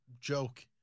joke